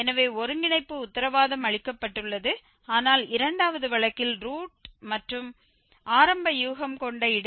எனவே ஒருங்கிணைப்பு உத்தரவாதம் அளிக்கப்பட்டுள்ளது ஆனால் இரண்டாவது வழக்கில் ரூட் மற்றும் ஆரம்ப யூகம் கொண்ட இடைவெளி g1